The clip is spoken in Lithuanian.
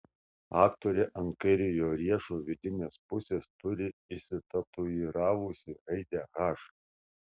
aktorė ant kairiojo riešo vidinės pusės turi išsitatuiravusi raidę h